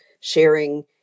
sharing